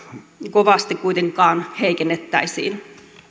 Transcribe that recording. kovasti kuitenkaan heikennettäisiin